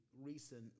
recent